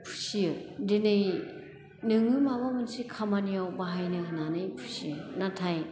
फुसियो दिनै नोङो माबा मोनसे खामानियाव बाहायनो होन्नानै फुसियो नाथाय